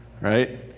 right